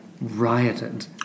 rioted